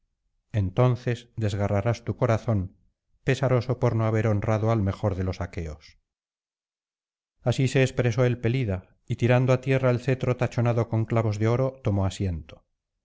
entonces desgarrarás tu corazón pesaroso por no haber honrado al mejor de los aqueos así se expresó el pelida y tirando á tierra el cetro tachonado con clavos de oro tomó asiento